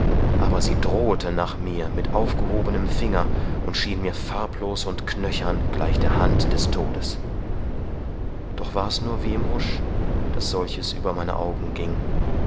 aber sie drohete nach mir mit aufgehobenem finger und schien mir farblos und knöchern gleich der hand des todes doch war's nur wie im husch daß solches über meine augen ging